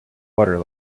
water